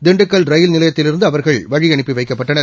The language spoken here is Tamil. திண்டுக்கல் ரயில் நிலையத்திலிருந்து அவர்கள் வழியனுப்பி வைக்கப்பட்டனர்